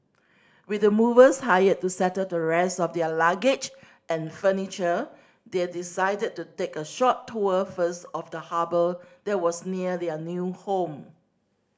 with the movers hired to settle the rest of their luggage and furniture they decided to take a short tour first of the harbour that was near their new home